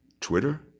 Twitter